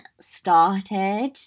started